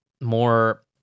more